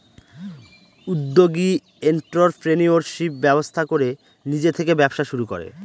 উদ্যোগী এন্ট্ররপ্রেনিউরশিপ ব্যবস্থা করে নিজে থেকে ব্যবসা শুরু করে